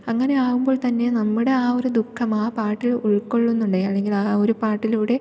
അങ്ങനെ ആകുമ്പോൾത്തന്നെ നമ്മുടെ ആ ഒരു ദുഃഖം ആ പാട്ടിൽ ഉൾകൊള്ളുന്നുണ്ട് അല്ലെങ്കിൽ ആ ഒരു പാട്ടിലൂടെ